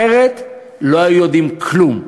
אחרת לא היו יודעים כלום.